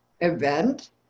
event